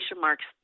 marks